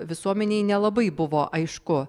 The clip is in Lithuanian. visuomenei nelabai buvo aišku